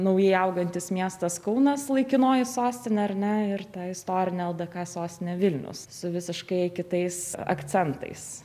naujai augantis miestas kaunas laikinoji sostinė ar ne ir ta istorinė ldk sostinė vilnius su visiškai kitais akcentais